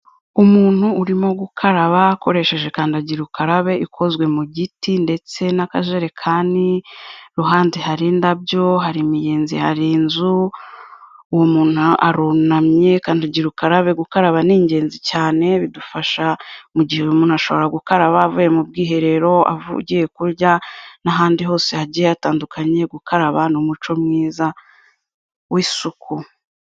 Umuntu urimo gukaraba akoresheje kandagira ukarabe ikozwe mu giti ndetse n'akajerekani, iruhande hari indabyo, hari imiyenzi, hari inzu, uwo muntu arunamye, kandagira ukarabe gukaraba ni ingenzi cyane, bidufasha mu gihe umuntu ashobora gukaraba avuye mu bwiherero, agiye kurya n'ahandi hose hagiye hatandukanye, gukaraba ni umuco mwiza w'isuku.